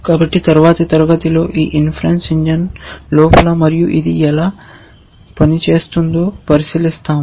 కాబట్టి తరువాతి తరగతిలో ఈ ఇన్ఫెరెన్స్ ఇంజిన్ లోపల మరియు ఇది ఎలా పనిచేస్తుందో పరిశీలిస్తాము